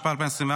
התשפ"ה 2024,